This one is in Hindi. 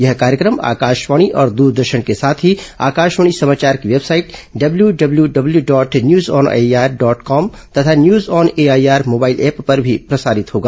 यह कार्यक्रम आकाशवाणी और दूरदर्शन के साथ ही आकाशवाणी समाचार की website W W W dot news on AIR dot com तथा news on AIR mobile app पर भी प्रसारित होगा